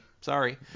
Sorry